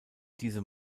diese